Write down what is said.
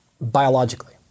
biologically